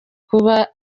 kuza